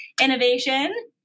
innovation